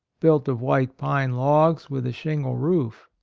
built of white pine logs with a shingle roof.